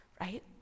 right